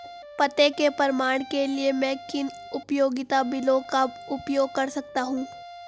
पते के प्रमाण के लिए मैं किन उपयोगिता बिलों का उपयोग कर सकता हूँ?